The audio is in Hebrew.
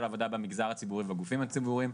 העבודה במגזר הציבורי ובגופים הציבוריים,